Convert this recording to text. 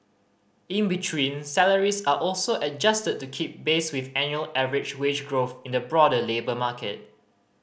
in between salaries are also adjusted to keep pace with annual average wage growth in the broader labour market